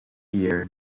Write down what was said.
year